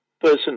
person